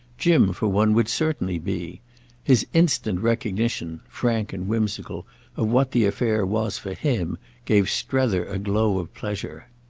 jim, for one, would certainly be his instant recognition frank and whimsical of what the affair was for him gave strether a glow of pleasure.